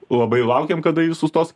labai laukiam kada jis sustos